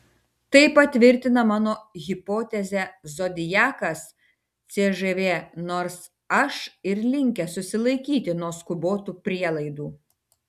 tai patvirtina mano hipotezę zodiakas cžv nors aš ir linkęs susilaikyti nuo skubotų prielaidų